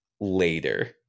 later